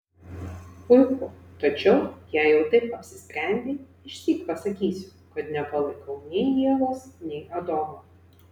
puiku tačiau jei jau taip apsisprendei išsyk pasakysiu kad nepalaikau nei ievos nei adomo